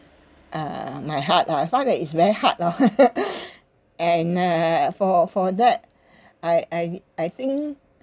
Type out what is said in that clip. uh uh my heart lah I find that it's very hard lah ppo) and uh for for that I I I think